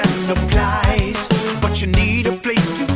supplies but you need a place